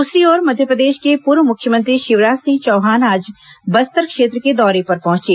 दूसरी ओर मध्यप्रदेश के पूर्व मुख्यमंत्री शिवराज सिंह चौहान आज बस्तर क्षेत्र के दौरे पर पहुंचे